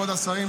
כבוד השרים,